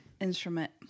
instrument